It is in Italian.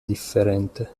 differente